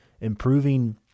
improving